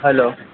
hello